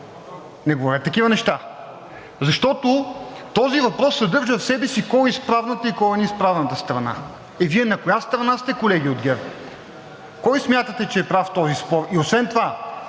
Не говорете такива неща, защото този въпрос съдържа в себе си кой е изправната и кой е неизправната страна. Е, Вие на коя страна сте, колеги от ГЕРБ? Кой смятате, че е прав в този спор? Освен това,